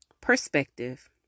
Perspective